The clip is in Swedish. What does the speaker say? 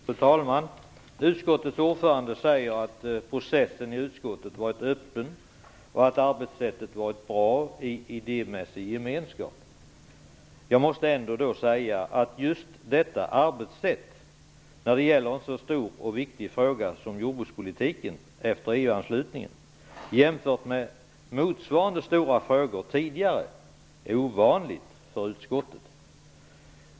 Fru talman! Utskottets ordförande säger att processen i utskottet varit öppen och att arbetssättet varit bra i idémässig gemenskap. Jag måste ändå säga att just detta arbetssätt i en så stor och viktig fråga som jordbrukspolitiken efter EU-anslutningen jämfört med behandlingen av motsvarande stora frågor tidigare är ovanligt för utskottet.